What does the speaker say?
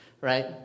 right